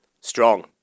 strong